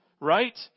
right